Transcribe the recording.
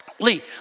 Lee